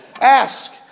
ask